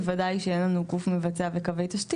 בוודאי שאין לנו גוף מבצע וקווי תשתית,